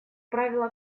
правило